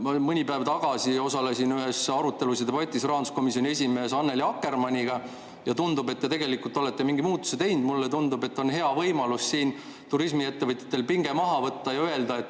mõni päev tagasi ühes arutelus ja debatis rahanduskomisjoni esimehe Annely Akkermanniga ja tundub, et te tegelikult olete mingi muudatuse teinud. Mulle tundub, et on hea võimalus siin turismiettevõtjatelt pinge maha võtta ja öelda,